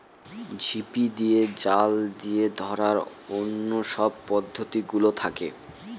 ঝিপি দিয়ে, জাল দিয়ে ধরার অন্য সব পদ্ধতি গুলোও থাকে